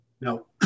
No